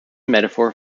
metaphor